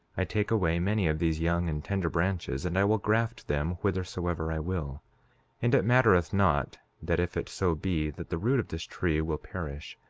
i take away many of these young and tender branches, and i will graft them whithersoever i will and it mattereth not that if it so be that the root of this tree will perish,